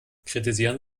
kritisieren